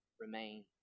remain